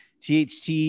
THT